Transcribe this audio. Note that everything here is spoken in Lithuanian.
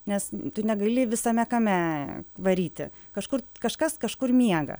nes tu negali visame kame varyti kažkur kažkas kažkur miega